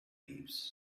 leaves